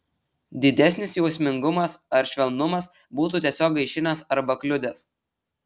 didesnis jausmingumas ar švelnumas būtų tiesiog gaišinęs arba kliudęs